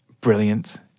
brilliant